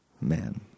man